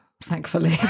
thankfully